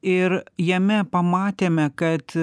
ir jame pamatėme kad